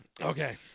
Okay